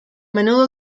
menudo